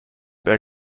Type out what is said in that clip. their